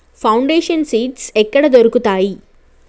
Foundation seeds ఎక్కడ దొరుకుతాయి?